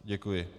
Děkuji.